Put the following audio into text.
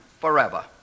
forever